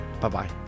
Bye-bye